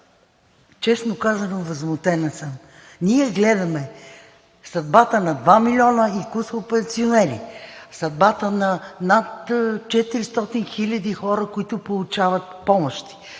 честно казано, възмутена съм, ние гледаме съдбата на два милиона и кусур пенсионери, съдбата на над 400 хиляди хора, които получават помощи,